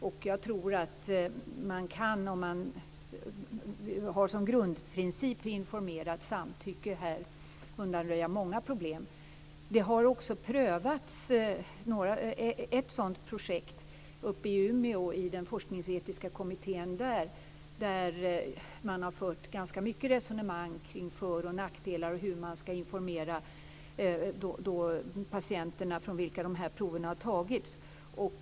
Om man har informerat samtycke som grundprincip kan man undanröja många problem. Ett projekt av detta slag har utförts i den forskningsetiska kommittén i Umeå. Där har man fört omfattande resonemang om för och nackdelar och hur man skall informera de patienter från vilka prover tagits.